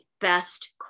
best